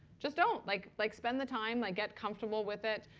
just don't. like like spend the time. get comfortable with it.